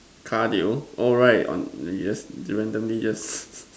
cardio oh right on yes randomly just